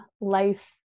life